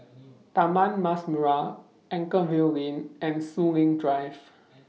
Taman Mas Merah Anchorvale Lane and Soon Lee Drive